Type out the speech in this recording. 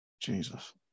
Jesus